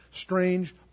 strange